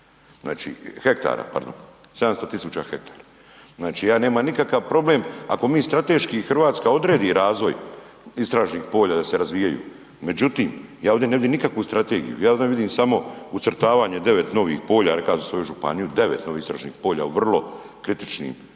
700.000 m2, hektara pardon. Znači, ja nemam nikakav problem ako mi strateški Hrvatska odredi razvoj istražnih polja da se razvijaju, međutim ja ovdje ne vidim nikakvu strategiju ja ovdje vidim samo ucrtavanje 9 novih polja, rekao sam za svoju županiju, 9 novih .../Govornik se ne razumije./... polja u vrlo kritičnim prostorima,